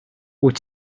wyt